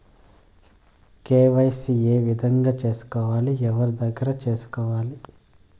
KYC ఏ విధంగా సేసుకోవాలి? ఎవరి దగ్గర సేసుకోవాలి?